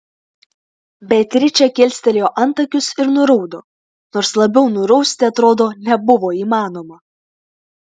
beatričė kilstelėjo antakius ir nuraudo nors labiau nurausti atrodo nebuvo įmanoma